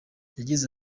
yagize